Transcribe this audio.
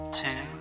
two